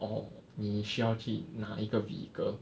or 你需要自己拿一个 vehicle